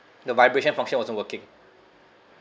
the vibration function wasn't working